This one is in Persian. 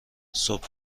صبح